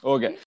Okay